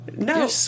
No